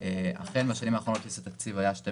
אכן בשנים האחרונות התקציב היה 12